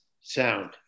sound